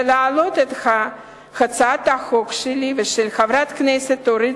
ולהעלות את הצעת החוק שלי ושל חברת הכנסת אורית